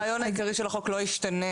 הרעיון העיקרי של החוק לא ישתנה.